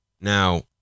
Now